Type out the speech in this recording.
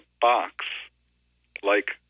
box-like